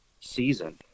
season